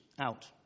out